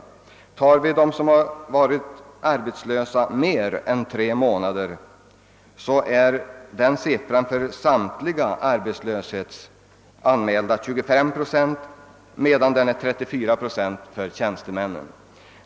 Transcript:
Om jag tar dem som varit arbetslösa längre tid än tre månader, är motsvarande siffra 25 procent för samtliga arbetslöshetsanmälda och 34 procent för tjänstemännen.